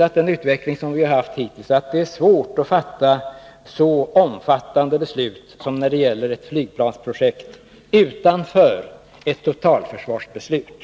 Den utveckling som vi haft hittills har också visat att det är svårt att fatta så omfattande beslut som när det gäller ett flygplansprojekt utanför ett totalförsvarsbeslut.